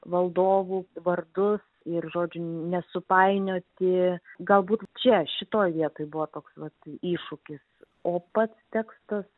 valdovų vardus ir žodžiu nesupainioti galbūt čia šitoj ietoj buvo toks vat iššūkis o pats tekstas